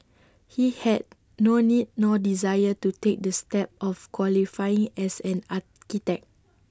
he had no need nor desire to take the step of qualifying as an architect